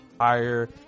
higher